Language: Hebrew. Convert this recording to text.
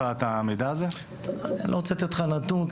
אני לא רוצה לתת לך נתון,